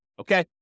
Okay